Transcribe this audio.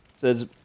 Says